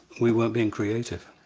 we weren't being creative.